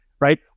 Right